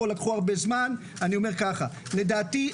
לדעתי,